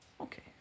Okay